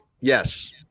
Yes